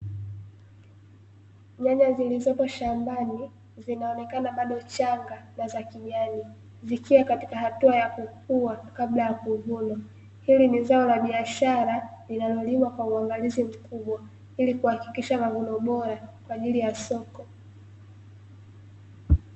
Nyanya zilizoko shambani zinaonekana bado changa na za kijani zikiwa katika hatua yakukua kabla ya kuvunwa. Hili ni zao la biashara linalolimwa kwa uangalizi mkubwa ilikuhakikisha mavuno bora kwa ajili ya soko.